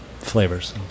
flavors